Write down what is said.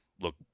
look